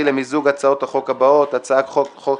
למיזוג הצעות החוק הבאות: בקשת יושבת-ראש הוועדה לקידום